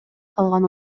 калган